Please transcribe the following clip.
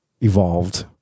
evolved